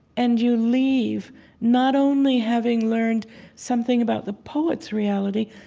and you leave not only having learned something about the poet's reality,